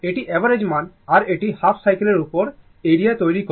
এটি অ্যাভারেজ মান আর এটি হাফ সাইকেলের উপর এরিয়া তৈরি করে